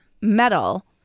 metal